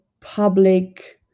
public